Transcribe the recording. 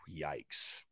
yikes